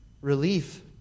relief